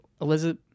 Elizabeth